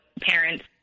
parents